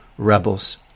rebels